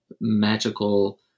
magical